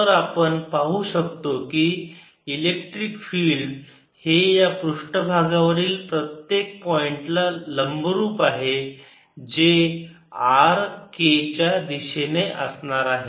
तर आपण पाहू शकतो की इलेक्ट्रिक फिल्ड हे या पृष्ठभागावरील प्रत्येक पॉइंटला लंबरूप आहे जे r k च्या दिशेने असणार आहे